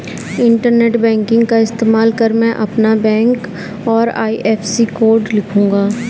internet banking का इस्तेमाल कर मैं अपना बैंक और आई.एफ.एस.सी कोड लिखूंगा